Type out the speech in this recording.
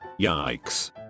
yikes